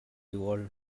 evolve